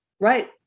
Right